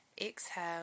exhale